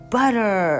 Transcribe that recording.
Butter